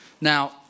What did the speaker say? Now